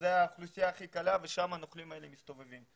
זו האוכלוסייה הכי קלה ושם הנוכלים האלה מסתובבים.